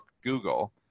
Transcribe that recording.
Google